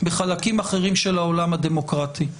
בחלקים אחרים של העולם הדמוקרטי.